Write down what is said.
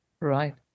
Right